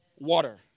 Water